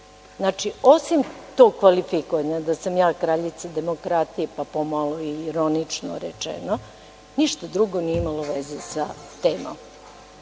temi. Znači, osim tog kvalifikovanja da sam ja kraljica demokratije, pa to malo i ironično rečeno, ništa drugo nije imalo veze sa temom